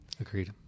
Agreed